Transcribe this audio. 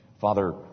Father